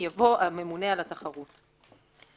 יבוא "הממונה על התחרות".